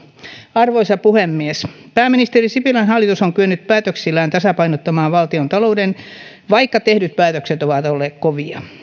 arvoisa puhemies pääministeri sipilän hallitus on kyennyt päätöksillään tasapainottamaan valtiontalouden vaikka tehdyt päätökset ovat olleet kovia